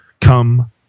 come